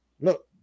Look